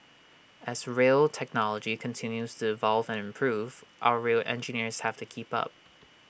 as rail technology continues to evolve and improve our rail engineers have to keep up